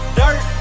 dirt